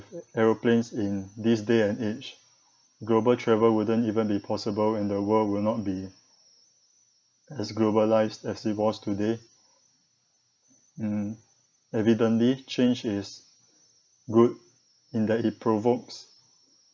aeroplanes in this day and age global travel wouldn't even be possible and the world will not be as globalised as it was today mm evidently change is good in that it provokes